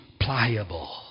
pliable